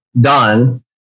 done